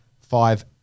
five